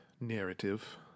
narrative